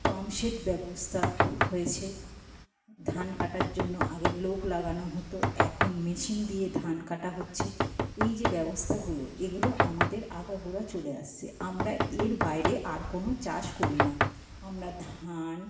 পাম্পসের ব্যবস্থা হয়েছে ধান কাটার জন্য আগে লোক লাগানো হতো এখন মেশিন দিয়ে ধান কাটা হচ্ছে এই যে ব্যবস্থাগুলো এগুলো আমাদের আগাগোড়া চলে আসছে আমরা এর বাইরে আর কোনো চাষ করি না আমরা ধান